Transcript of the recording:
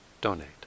donate